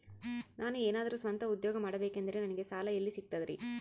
ನಾನು ಏನಾದರೂ ಸ್ವಂತ ಉದ್ಯೋಗ ಮಾಡಬೇಕಂದರೆ ನನಗ ಸಾಲ ಎಲ್ಲಿ ಸಿಗ್ತದರಿ?